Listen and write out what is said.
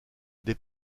des